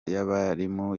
y’abarimu